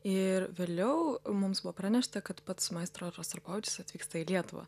ir vėliau mums buvo pranešta kad pats maestro rostropovičius atvyksta į lietuvą